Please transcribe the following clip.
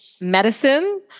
medicine